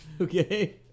Okay